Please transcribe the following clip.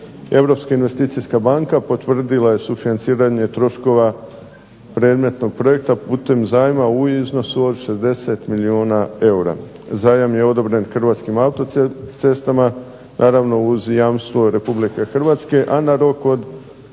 Europska investicijska banka potvrdila je sufinanciranje troškova predmetnog projekta putem zajma u iznosu od 60 milijuna eura. Zajam je odobren Hrvatskim autocestama, naravno uz jamstvo Republike Hrvatske, a na rok od